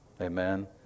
Amen